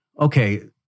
okay